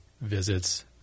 visits